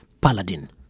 Paladin